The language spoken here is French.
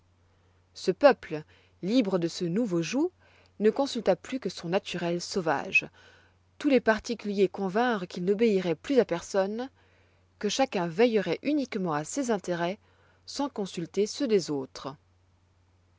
ce peuple libre de ce nouveau joug ne consulta plus que son naturel sauvage tous les particuliers convinrent qu'ils n'obéiroient plus à personne que chacun veilleroit uniquement à ses intérêts sans consulter ceux des autres